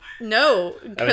No